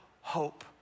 hope